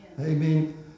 Amen